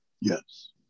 Yes